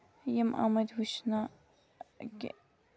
یِم آمٕتۍ وٕچھنہٕ کہِ